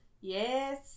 Yes